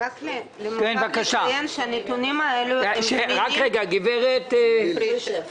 רק לציין שהנתונים האלה --- הם זמינים אבל